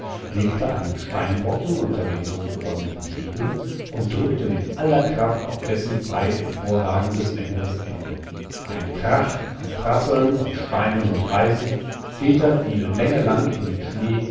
legte einen steinbrocken unter den so gewonnenen hebel und drückte mit aller kraft auf dessen frei emporragendes längeres ende ein krach ein prasseln von steinen und reisig peter fiel längelang in den schnee